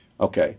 Okay